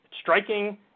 striking